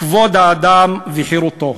כבוד האדם וחירותו,